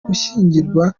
gushyingirwa